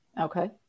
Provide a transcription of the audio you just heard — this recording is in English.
Okay